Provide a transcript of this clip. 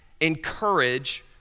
encourage